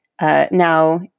Now